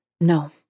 No